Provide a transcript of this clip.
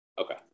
Okay